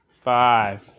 Five